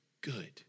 good